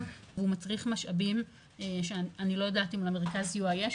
והוא מצריך משאבים שאני לא יודעת למרכז סיוע יש,